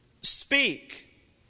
Speak